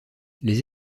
les